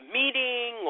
meeting